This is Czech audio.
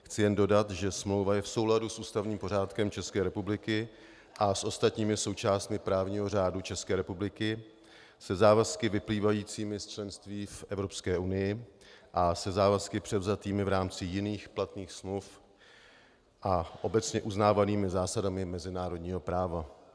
Chci jen dodat, že smlouva je v souladu s ústavním pořádkem České republiky a s ostatními součástmi právního řádu České republiky, se závazky vyplývajícími z členství v Evropské unii a se závazky převzatými v rámci jiných platných smluv a obecně uznávanými zásadami mezinárodního práva.